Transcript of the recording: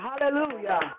Hallelujah